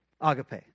Agape